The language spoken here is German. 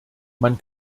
man